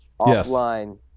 offline